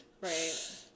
Right